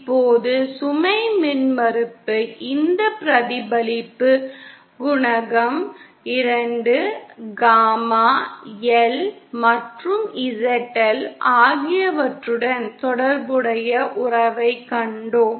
இப்போது சுமை மின்மறுப்பு இந்த பிரதிபலிப்பு குணகம் 2 காமா L மற்றும் ZL ஆகியவற்றுடன் தொடர்புடைய உறவைக் கண்டோம்